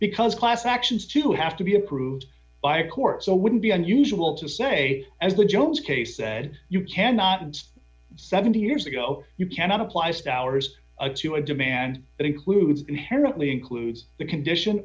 because class actions to have to be approved by a court so wouldn't be unusual to say as the jones case said you cannot seventy years ago you cannot apply scours to a demand that includes inherently includes the condition